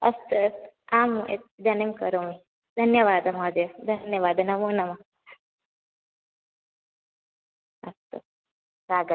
अस्तु अस्तु आम् इदानीं करोमि धन्यवादः महोदय धन्यवादः नमो नमः अस्तु स्वागतम्